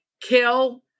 kill